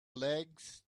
legs